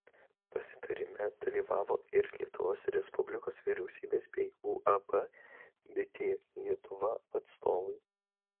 pasitarime dalyvavo ir lietuvos respublikos vyriausybės bei uab bitė lietuva atstovai